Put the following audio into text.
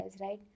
right